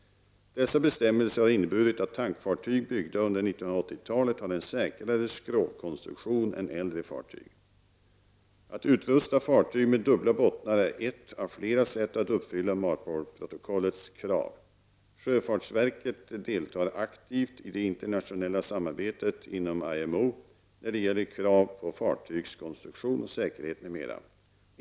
Dessa bestämmelser har inneburit att tankfartyg byggda under 1980-talet har en säkrare skrovkonstruktion än äldre fartyg. Att utrusta fartyg med dubbla bottnar är ett av flera sätt att uppfylla MARPOL-protokollets krav. Sjöfartsverket deltar aktivt i det internationella samarbetet inom IMO när det gäller krav på fartygs konstruktion och säkerhet m.m.